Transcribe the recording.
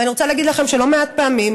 ואני רוצה להגיד לכם שלא מעט פעמים